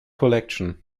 collection